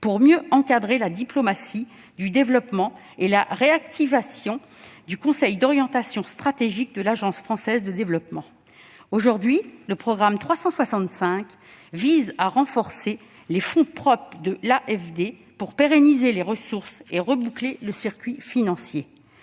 pour mieux encadrer la diplomatie du développement, et la réactivation du conseil d'orientation stratégique de l'Agence française de développement, l'AFD. Le programme 365 vise à renforcer les fonds propres de l'AFD pour pérenniser les ressources et reboucler le circuit financier.